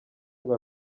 ngo